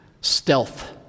stealth